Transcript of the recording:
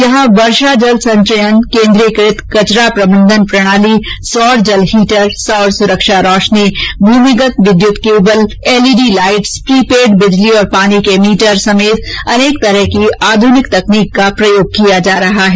यहां वर्षा जल संचयन केन्द्रीकृत कचरा प्रबन्धन प्रणाली सौर जल हीटर सौर सुरक्षा रोशनी भूमिगत विद्युत केबलिंग एलईडी लाइट्स प्रीपेड बिजली और पानी मीटर समेत अनेक प्रकार की आध्रनिक तकनीक का प्रयोग किया जा रहा है